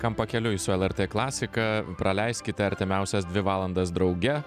kam pakeliui su lrt klasika praleiskite artimiausias dvi valandas drauge